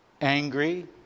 angry